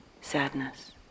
sadness